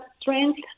strength